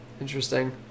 interesting